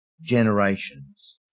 generations